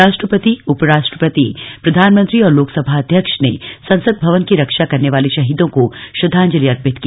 राष्ट्रपति उपराष्ट्रपति प्रधानमंत्री और लोकसभा अध्यक्ष ने संसद भवन की रक्षा करने वाले शहीदों को श्रद्दांजलि अर्पित की